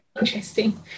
interesting